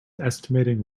estimating